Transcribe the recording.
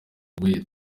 weah